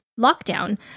lockdown